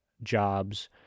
jobs